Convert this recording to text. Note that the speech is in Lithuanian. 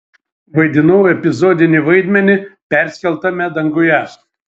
vaidinau epizodinį vaidmenį perskeltame danguje